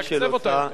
לתקצב אותה יותר?